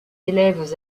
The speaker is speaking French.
élèves